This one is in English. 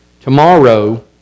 Tomorrow